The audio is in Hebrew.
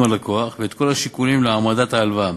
הלקוח ואת כל השיקולים להעמדת ההלוואה.